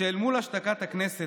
החוקים האלו תקתקו כמו שעון,